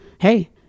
Hey